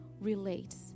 relates